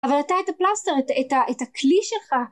אבל אתה את הפלסטר, את הכלי שלך